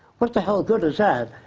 what the hell good is that?